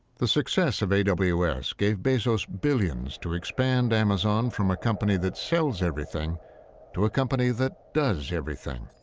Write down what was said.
the success of a w s. gave bezos billions to expand amazon from a company that sells everything to a company that does everything.